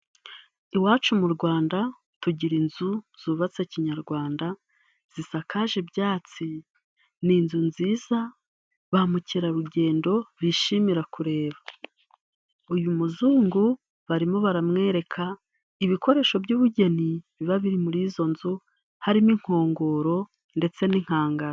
Iwacu mu Rwanda tugira inzu zubatse kinyarwanda zisakaje ibyatsi. Ni inzu nziza ba mukerarugendo bishimira kureba. Uyu muzungu barimo baramwereka ibikoresho by'ubugeni biba biri muri izo nzu, harimo inkongoro ndetse n'inkangara.